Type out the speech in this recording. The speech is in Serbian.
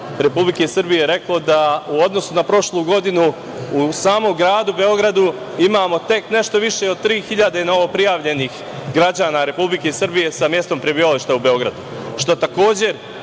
Republike Srbije reklo, da u odnosu na prošlu godinu u samom gradu Beogradu imamo tek nešto više od 3.000 novoprijavljenih građana Republike Srbije sa mestom prebivališta u Beogradu, što takođe